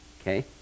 okay